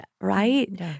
right